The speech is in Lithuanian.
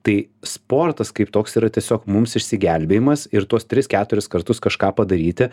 tai sportas kaip toks yra tiesiog mums išsigelbėjimas ir tuos tris keturis kartus kažką padaryti